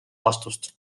vastust